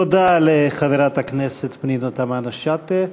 תודה לחברת הכנסת פנינה תמנו-שטה.